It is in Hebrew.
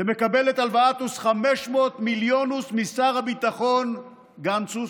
דמקבלת הלוואתוס, 500 מיליונוס משר הביטחון גנצוס,